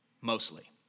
mostly